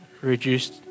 reduced